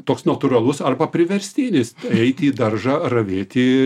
toks natūralus arba priverstinis eiti į daržą ravėti